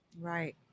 Right